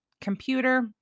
computer